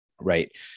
right